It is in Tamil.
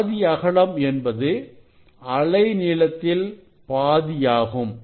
பாதி அகலம் என்பது அலைநீளத்தில் பாதியாகும்